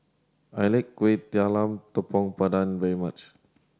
I like Kuih Talam Tepong Pandan very much